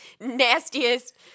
nastiest